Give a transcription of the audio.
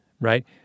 right